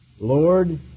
Lord